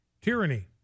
tyranny